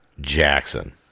Jackson